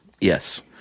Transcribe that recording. Yes